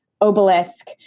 obelisk